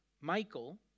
Michael